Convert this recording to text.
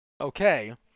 okay